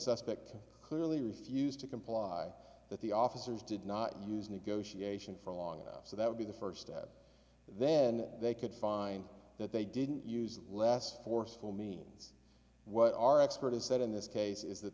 suspect clearly refused to comply that the officers did not use negotiation for long enough so that would be the first step then they could find that they didn't use less forceful means what our expert is that in this case is